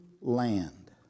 land